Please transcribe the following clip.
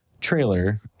trailer